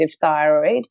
thyroid